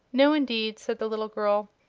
no, indeed! said the little girl.